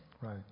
Right